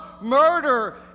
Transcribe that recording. murder